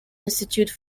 institute